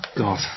God